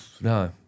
No